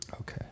okay